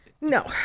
No